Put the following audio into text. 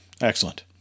Excellent